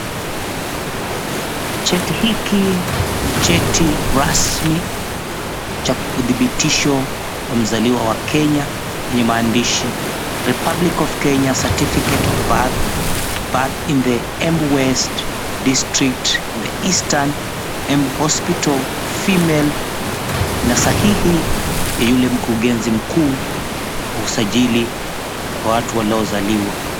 Cheti hiki ni cheti rasmi cha uthibitisho wa mzaliwa wa Kenya yenye maandishi, "Republic of Kenya Certificate of Birth, Birth in the Embu West, District in the Eastern, Embu Hospital, Female," na sahihi ya yule mkurugenzi mkuu wa usajili wa watu waliozaliwa.